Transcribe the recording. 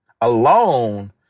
alone